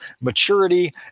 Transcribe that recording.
maturity